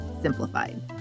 simplified